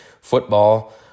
Football